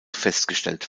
festgestellt